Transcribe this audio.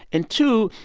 and two,